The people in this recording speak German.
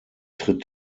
tritt